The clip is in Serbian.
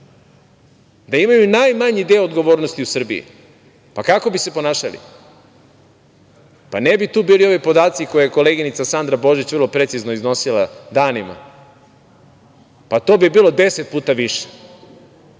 da imaju najmanji deo odgovornosti u Srbiji? Pa, kako bi se ponašali? Pa, ne bi tu bili ovi podaci koje je koleginica Sandra Božić vrlo precizno iznosila danima, to bi bilo deset puta više.